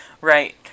Right